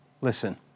listen